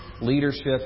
leadership